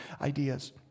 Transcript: ideas